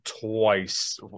twice